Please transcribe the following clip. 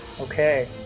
okay